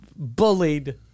bullied